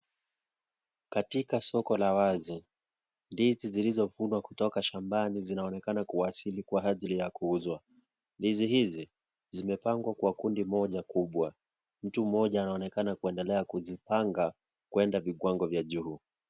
Katika soko la wazi, ndizi zilizovunwa kutoka shambani zinaonekana kuwasili kwa ajili ya kuuzwa, ndizi hizi zimepangwa kwa kundi moja kubwa, mtu mmoja anaonekana kuendelea kuzipanga kuenda vikwango vya juu.